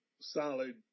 solid